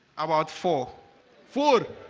about four four